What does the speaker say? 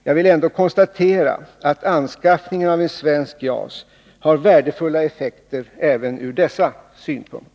Jag vill ändå konstatera att anskaffningen av ett svenskt JAS har värdefulla effekter även ur dessa synpunkter.